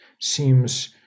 seems